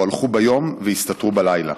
שבו הלכו ביום והסתתרו בלילה.